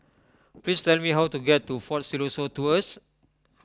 please tell me how to get to fort Siloso Tours